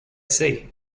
say